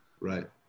Right